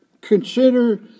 consider